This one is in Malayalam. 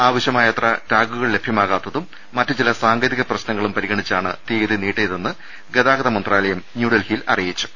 ആവശൃമായത്ര ടാഗുകൾ ലഭൃമാകാത്തതും മറ്റു ചില സാങ്കേതിക പ്രശ്നങ്ങളും പരിഗണിച്ചാണ് തിയ്യതി നീട്ടിയതെന്ന് ഗതാ ഗത മന്ത്രാലയം ന്യൂഡൽഹിയിൽ അറിയിച്ചു